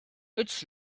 its